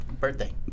Birthday